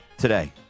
today